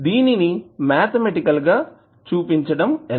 దీనిని మాథమెటికల్ గా చూపించడం ఎలా